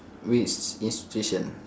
which institution